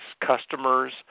customers